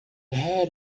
had